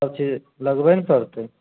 सब चीज लगबै ने परतै